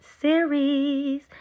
series